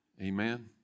Amen